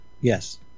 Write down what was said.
Yes